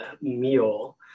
meal